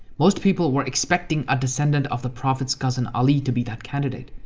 most people were expecting a descendant of the prophet's cousin ali to be that candidate.